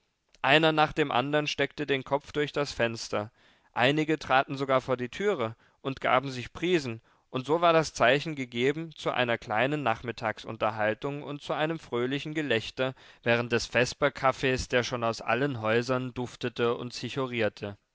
einer nach dem andern steckte den kopf durch das fenster einige traten sogar vor die türe und gaben sich prisen und so war das zeichen gegeben zu einer kleinen nachmittagsunterhaltung und zu einem fröhlichen gelächter während des vesperkaffees der schon aus allen häusern duftete und